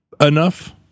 enough